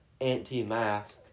anti-mask